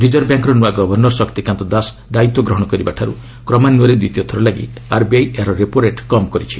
reserve ବ୍ୟାଙ୍କର ନୂଆ governor Shaktikanta Das ଦାୟିତ୍ୱ ଗ୍ରହଣ କରିବା ଠାରୁ କ୍ରମାନ୍ୱୟରେ ଦ୍ୱିତୀୟଥର ଲାଗି ଆର୍ବିଆଇ ଏହାର ରେପୋ ରେଟ୍ କମ୍ କରିଛି